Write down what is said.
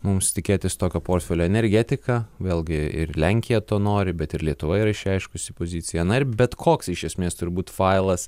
mums tikėtis tokio portfelio energetika vėlgi ir lenkija to nori bet ir lietuva yra išreiškusi poziciją na ir bet koks iš esmės turbūt failas